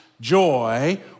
joy